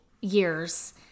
years